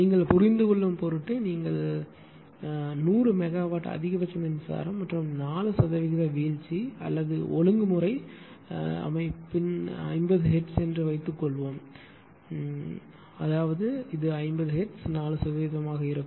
நீங்கள் புரிந்துகொள்ளும் பொருட்டு நீங்கள் 100 மெகாவாட் அதிகபட்ச மின்சாரம் மற்றும் 4 சதவிகிதம் வீழ்ச்சி அல்லது ஒழுங்குமுறை உங்கள் அமைப்பு 50 ஹெர்ட்ஸ் என்று வைத்துக்கொள்வோம் அதாவது இது 50 ஹெர்ட்ஸ் 4 சதவீதமாக இருக்கும்